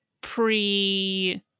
pre